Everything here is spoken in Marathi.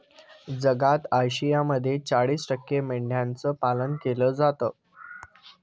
जगात आशियामध्ये चाळीस टक्के मेंढ्यांचं पालन केलं जातं